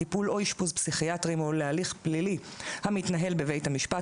טיפול או אשפוז פסיכיאטרי או להליך פלילי המתנהל בבית המשפט,